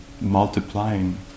multiplying